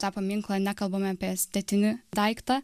tą paminklą nekalbame apie estetinį daiktą